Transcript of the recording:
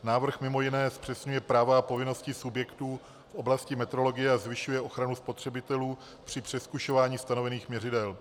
Návrh mimo jiné zpřesňuje práva a povinnosti subjektů v oblasti metrologie a zvyšuje ochranu spotřebitelů při přezkušování stanovených měřidel.